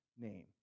name